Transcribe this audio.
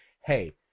hey